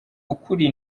ukuri